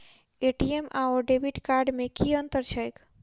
ATM आओर debit card मे की अंतर छैक?